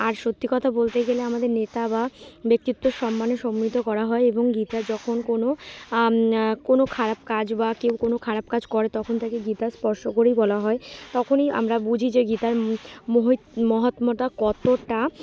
আর সত্যি কথা বলতে গেলে আমাদের নেতা বা ব্যক্তিত্বর সম্মানে সম্মিত করা হয় এবং গীতা যখন কোনো কোনো খারাপ কাজ বা কেউ কোনো খারাপ কাজ করে তখন তাকে গীতা স্পর্শ করেই বলা হয় তখনই আমরা বুঝি যে গীতার মহ মহাত্ম্যটা কতটা